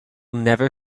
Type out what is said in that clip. never